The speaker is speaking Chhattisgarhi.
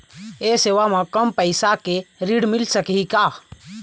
ये सेवा म कम पैसा के ऋण मिल सकही का?